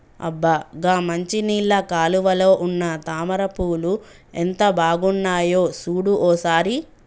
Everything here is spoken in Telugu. అబ్బ గా మంచినీళ్ళ కాలువలో ఉన్న తామర పూలు ఎంత బాగున్నాయో సూడు ఓ సారి